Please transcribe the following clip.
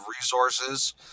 resources